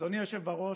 אדוני היושב-ראש,